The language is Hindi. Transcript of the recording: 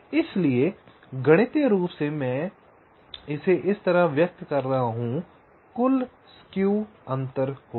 इसलिए गणितीय रूप से हम इसे इस तरह व्यक्त कर रहे हैं कुल स्क्यू अंतर होगा